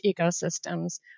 ecosystems